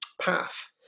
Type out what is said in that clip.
path